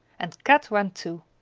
and kat ran too.